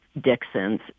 Dixon's